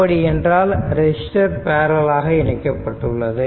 அப்படி என்றால் resistor parallel ஆக இணைக்கப்பட்டுள்ளது